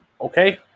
Okay